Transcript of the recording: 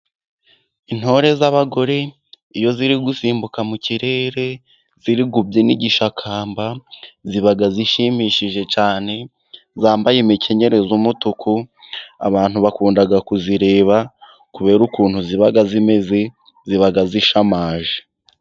Intore z'abagore iyo ziri gusimbuka mu kirere, ziri kubyina igishakamba ziba zishimishije cyane, zambaye imikenyero y'umutuku, abantu bakunda kuzireba kubera ukuntu ziba zimeze ziba zishamaje.